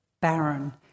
barren